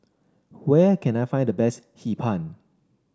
where can I find the best Hee Pan